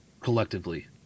collectively